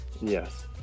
yes